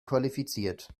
qualifiziert